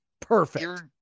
Perfect